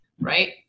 right